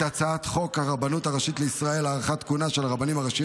הצעת חוק הרבנות הראשית לישראל (הארכת כהונה של הרבנים הראשיים